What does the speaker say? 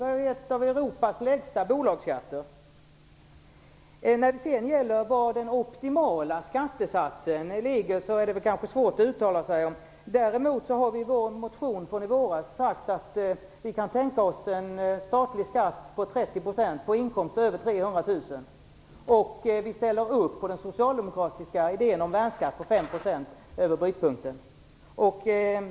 Sverige har ett av Europas lägsta bolagsskatter. Det kanske är svårt att uttala sig om var den optimala skattesatsen ligger, men i vår motion från i våras har vi i Vänsterpartiet sagt att vi kan tänka oss en statlig skatt på 30 % för inkomster över 300 000 kr. Vi ställer också upp på den socialdemokratiska idén om en värnskatt på 5 % över brytpunkten.